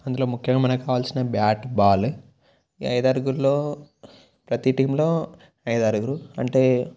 అందులో ముఖ్యంగా మనకి కావాల్సిన బ్యాట్ బాల్ ఈ అయిదారుగురిలో ప్రతీ టీమ్లో అయిదారుగురు అంటే